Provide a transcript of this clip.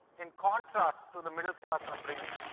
in contrast to the middle class upbringing.